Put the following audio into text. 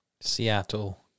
Seattle